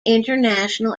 international